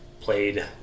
played